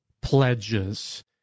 pledges